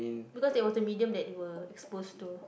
because that was the medium that they were exposed to